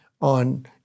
on